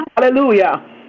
hallelujah